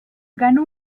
ganó